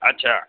اچھا